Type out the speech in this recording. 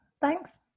thanks